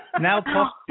now